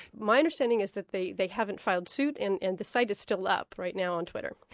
my understanding is that they they haven't filed suit, and and the site is still up right now on twitter.